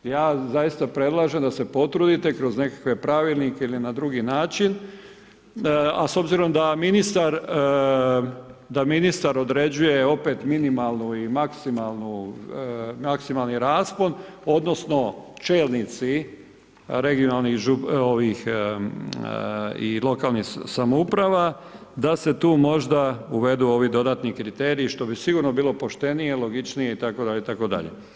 Ja zaista predlažem da se potrudite kroz nekakve pravilnike ili na drugi način a s obzirom da ministar određuje opet minimalnu i maksimalnu, maksimalni raspon, odnosno čelnici regionalnih i lokalnih samouprave da se tu možda uvedu ovi dodatni kriteriji što bi sigurno bilo poštenije, logičnije itd., itd.